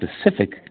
specific